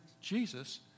Jesus